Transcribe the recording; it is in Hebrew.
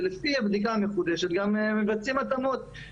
ולפי הבדיקה המחודשת גם מבצעים התאמות.